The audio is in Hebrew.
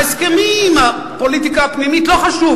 ההסכמים, הפוליטיקה הפנימית, לא חשוב.